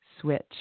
switch